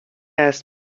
است